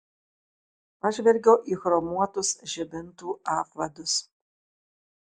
pažvelgiau į chromuotus žibintų apvadus